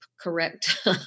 correct